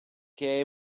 che